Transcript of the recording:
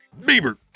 Bieber